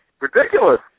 Ridiculous